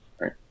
Right